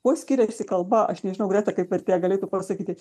kuo skiriasi kalba aš nežinau greta kaip vertėja galėtų pasakyti